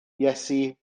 iesu